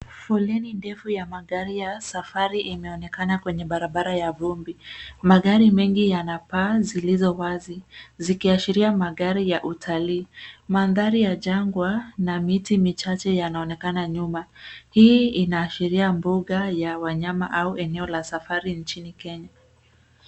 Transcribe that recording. Foleni ndefu ya magari ya safari imeonekana kwenye barabara ya vumbi. Magari mengi yana paa zilizo wazi, zikiashiria magari ya utalii. Mandhari ya jangwa, na miti michache yanaonekana nyuma, hii inaashiria mbunga ya wanyama au eneo ya safari nchini Kenya.